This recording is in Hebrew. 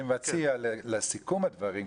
אני מציע שבסיכום הדברים,